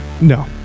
No